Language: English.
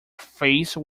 face